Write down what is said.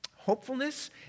hopefulness